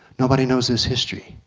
nobody knows this history.